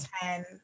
ten